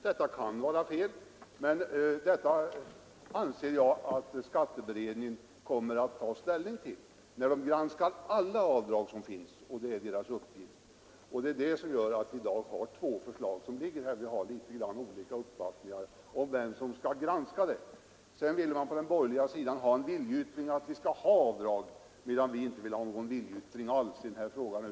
Det kan vara fel, men jag anser att skatteberedningen kommer att ta ställning till detta när den granskar alla avdrag som finns. Det är beredningens uppgift. Det är detta som gör att det här ligger två förslag. Vi har litet olika uppfattningar om vem som skall granska avdragen. Sedan vill man på den borgerliga sidan ha en viljeyttring att avdrag skall finnas, medan vi inte vill ha någon viljeyttring alls i den här frågan.